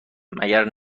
مگر